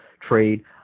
trade